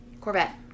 Corvette